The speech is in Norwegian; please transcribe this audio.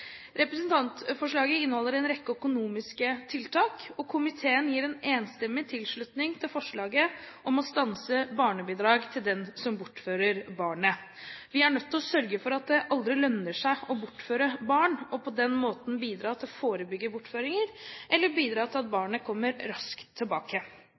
Representantforslaget inneholder en rekke økonomiske tiltak, og komiteen gir en enstemmig tilslutning til forslaget om å stanse barnebidrag til den som bortfører barnet. Vi er nødt til å sørge for at det aldri lønner seg å bortføre barn, og på den måten bidra til å forebygge bortføringer eller bidra til at barnet kommer raskt tilbake.